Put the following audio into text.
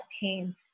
pain